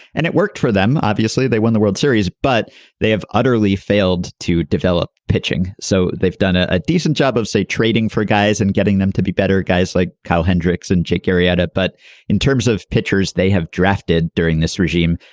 and it worked for them. obviously they won the world series but they have utterly failed to develop pitching. so they've done a decent job of say trading for guys and getting them to be better guys like carl hendricks and jim carrey at it. but in terms of pitchers they have drafted during this regime.